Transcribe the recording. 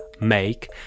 make